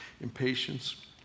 impatience